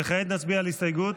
וכעת נצביע על הסתייגות,